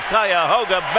Cuyahoga